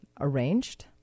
arranged